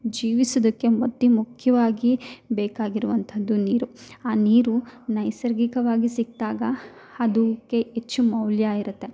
ಜೀವಿಸುವುದಕ್ಕೆ ಅತಿ ಮುಖ್ಯವಾಗಿ ಬೇಕಾಗಿರುವಂಥದ್ದು ನೀರು ಆ ನೀರು ನೈಸರ್ಗಿಕವಾಗಿ ಸಿಕ್ದಾಗ ಅದಕ್ಕೆ ಹೆಚ್ಚು ಮೌಲ್ಯ ಇರುತ್ತೆ